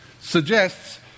suggests